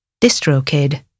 DistroKid